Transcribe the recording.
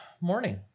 morning